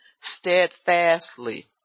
steadfastly